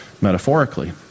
metaphorically